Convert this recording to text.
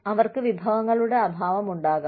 അവർക്ക് വിഭവങ്ങളുടെ അഭാവം ഉണ്ടാകാം